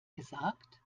gesagt